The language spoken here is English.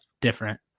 different